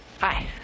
Hi